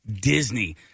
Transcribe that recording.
Disney